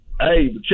Hey